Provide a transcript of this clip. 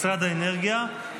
משרד האנרגיה,